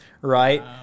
Right